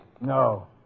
No